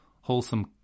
wholesome